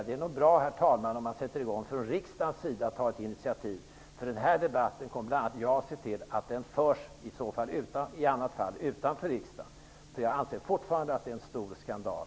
Det är bra, herr talman, om man även från riksdagens sida tar ett initiativ -- i annat fall kommer bl.a. jag att se till att debatten förs utanför riksdagen. Jag anser fortfarande att alltihop är en stor skandal.